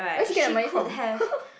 where she get the money from